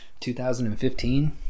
2015